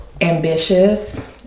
ambitious